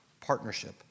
partnership